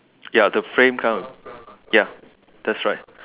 ya the frame kind of ya that's right